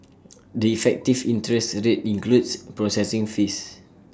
the effective interest today includes processing fees